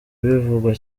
bivugwa